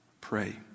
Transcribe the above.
Pray